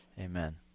Amen